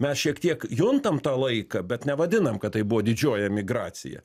mes šiek tiek juntam tą laiką bet nevadinam kad tai buvo didžioji emigracija